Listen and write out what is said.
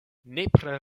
nepre